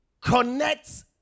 connects